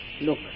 look